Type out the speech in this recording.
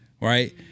right